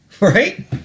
right